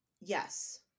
yes